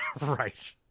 Right